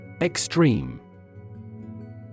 Extreme